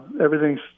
everything's